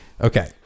Okay